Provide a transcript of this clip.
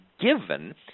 Given